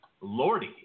Lordy